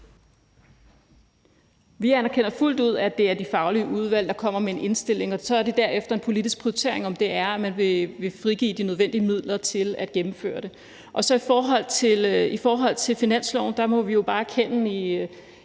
Vi anerkender fuldt ud, at det er de faglige udvalg, der kommer med en indstilling, og at det derefter er en politisk prioritering, om man vil frigive de nødvendige midler til at gennemføre det. I forhold til finansloven må vi jo bare erkende i